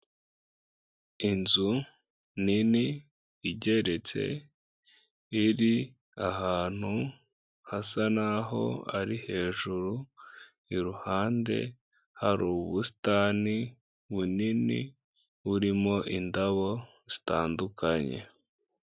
Inzu nini igeretse iri ahantu hasa naho ari hejuru iruhande hari ubusitani bunini burimo indabo zitandukanye.